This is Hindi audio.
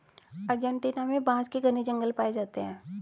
अर्जेंटीना में बांस के घने जंगल पाए जाते हैं